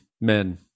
men